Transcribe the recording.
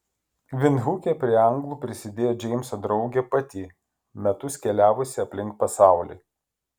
vindhuke prie anglų prisidėjo džeimso draugė pati metus keliavusi aplink pasaulį